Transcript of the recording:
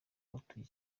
batuye